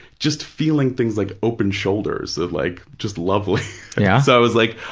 just feeling things like open shoulders is like just lovely. yeah? so i was like,